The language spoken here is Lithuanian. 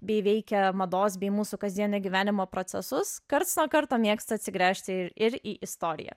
bei veikia mados bei mūsų kasdienio gyvenimo procesus karts nuo karto mėgstu atsigręžti ir į istoriją